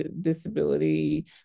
disability